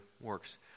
works